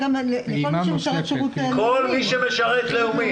כל מי שמשרת שירות לאומי,